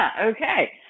Okay